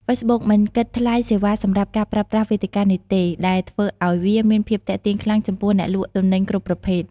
ហ្វេសប៊ុកមិនគិតថ្លៃសេវាសម្រាប់ការប្រើប្រាស់វេទិកានេះទេ ដែលធ្វើឱ្យវាមានភាពទាក់ទាញខ្លាំងចំពោះអ្នកលក់ទំនិញគ្រប់ប្រភេទ។